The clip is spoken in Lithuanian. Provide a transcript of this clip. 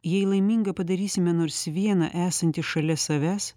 jei laimingą padarysime nors vieną esantį šalia savęs